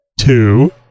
two